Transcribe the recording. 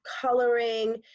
coloring